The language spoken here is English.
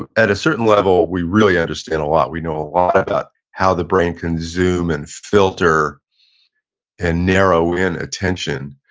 at at a certain level, we really understand a lot, we know a lot about how the brain can zoom and filter and narrow in attention.